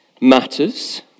matters